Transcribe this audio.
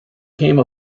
came